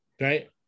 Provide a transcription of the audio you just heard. Right